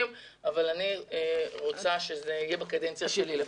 אבל אני רוצה שזה יהיה בקדנציה שלי.